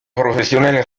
professionnels